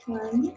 one